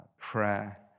prayer